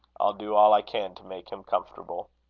i'll do all i can to make him comfortable.